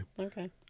Okay